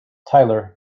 tyler